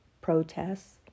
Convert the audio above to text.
protests